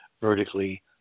vertically